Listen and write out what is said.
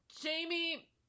Jamie